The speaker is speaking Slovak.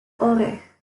orech